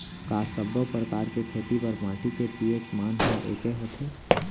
का सब्बो प्रकार के खेती बर माटी के पी.एच मान ह एकै होथे?